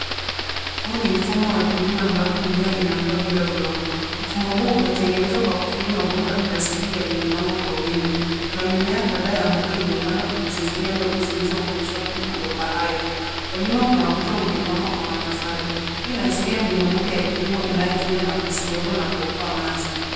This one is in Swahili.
Huu ni mfumo wa kilima ambapo mimea inakua bila udongo, mfumo huu umetengenezwa kwa kutumia mabomba ya plastiki yaliyopangwa kwa wima. Kuna mimea kadhaa ya mboga iliyopandwa kwenye sufuria ndogo zilizounganishwa kwenye mabomba hayo. Kwa nyuma kuna ukuta uliopambwa kwa matofali. Hii inaashiria mbinu mpya ya kilimo inayotumia nafasi ndogo na kuokoa maji.